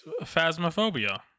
Phasmophobia